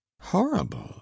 Horrible